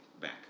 back